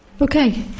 Okay